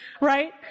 right